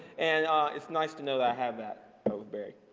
and it's nice to know that i have that but with barrie.